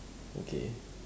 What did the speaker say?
okay